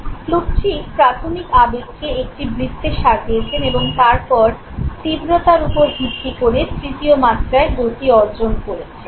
Plutchik প্রাথমিক আবেগকে একটি বৃত্তে সাজিয়েছেন এবং তারপর তীব্রতার উপর ভিত্তি করে তৃতীয় মাত্রায় গতি অর্জন করেছেন